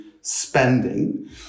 spending